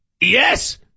Yes